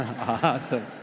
Awesome